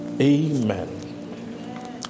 Amen